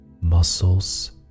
muscles